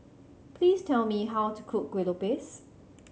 please tell me how to cook Kueh Lopes